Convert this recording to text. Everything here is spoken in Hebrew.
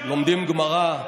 לומדים גמרא,